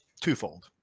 twofold